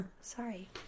Sorry